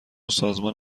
سازمان